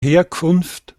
herkunft